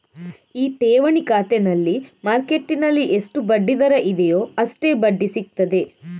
ಈ ಠೇವಣಿ ಖಾತೆನಲ್ಲಿ ಮಾರ್ಕೆಟ್ಟಿನಲ್ಲಿ ಎಷ್ಟು ಬಡ್ಡಿ ದರ ಇದೆಯೋ ಅಷ್ಟೇ ಬಡ್ಡಿ ಸಿಗ್ತದೆ